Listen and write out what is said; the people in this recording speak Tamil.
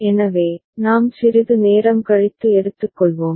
எனவே நாம் சிறிது நேரம் கழித்து எடுத்துக்கொள்வோம்